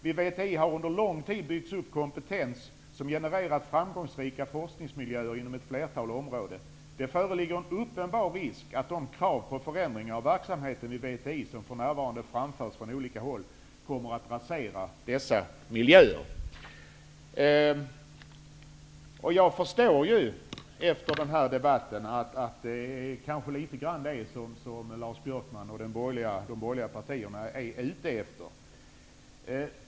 Vid VTI har under lång tid byggts upp kompetens som genererat framgångsrika forksningsmiljöer inom ett flertal områden. Det föreligger en uppenbar risk, att de krav på förändringar av verksamheten vid VTI som för närvarande framförs från olika håll, kommer att rasera dessa miljöer.'' Jag förstår ju efter den här debatten att det kanske litet grand är detta som Lars Björkman och de borgerliga partierna är ute efter.